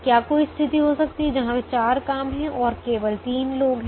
क्या कोई स्थिति हो सकती है जहां चार काम हैं और केवल तीन लोग हैं